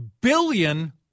billion